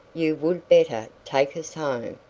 you would better take us home.